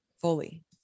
fully